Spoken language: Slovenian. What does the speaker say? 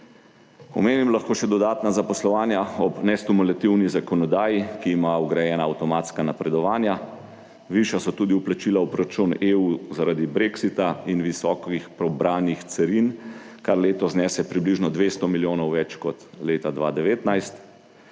Omenim lahko še dodatna zaposlovanja ob nestimulativni zakonodaji, ki ima vgrajena avtomatska napredovanja, višja so tudi vplačila v proračun EU zaradi brexita in visokih prebranih carin, kar letos znese približno 200 milijonov več kot leta 2019.